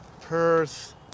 Perth